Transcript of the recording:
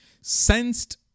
sensed